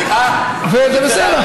וזה בסדר.